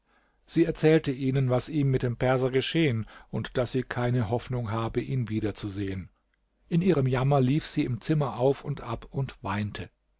sie erzählte ihnen was ihm mit dem perser geschehen und daß sie keine hoffnung habe ihn wiederzusehen in ihrem jammer lief sie im zimmer auf und ab und weinte